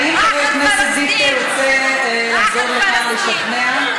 האם חבר הכנסת דיכטר רוצה לחזור לכאן לשכנע?